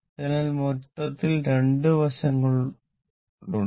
അതിനാൽ മൊത്തത്തിൽ രണ്ട് വശങ്ങളുണ്ട്